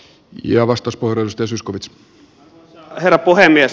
arvoisa herra puhemies